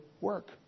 work